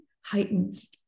heightens